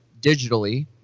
digitally